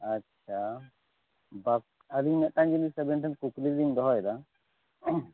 ᱟᱪᱪᱷᱟ ᱟᱹᱞᱤᱧ ᱢᱤᱫ ᱴᱟᱝ ᱡᱤᱱᱤᱥ ᱟᱵᱮᱱ ᱴᱷᱮᱱ ᱠᱩᱠᱞᱤᱧ ᱞᱤᱧ ᱫᱚᱦᱚᱭᱮᱫᱟ